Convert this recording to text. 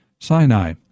Sinai